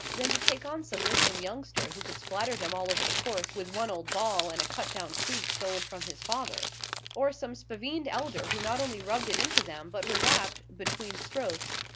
than to take on some lissome youngster who could spatter them all over the course with one old ball and a cut-down cleek stolen from his father or some spavined elder who not only rubbed it into them, but was apt, between strokes,